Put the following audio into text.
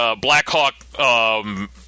Blackhawk